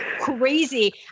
crazy